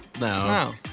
No